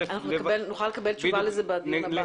נוכל לקבל תשובה לזה בדיון הבא.